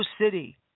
City